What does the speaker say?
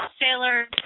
Sailor